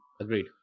Agreed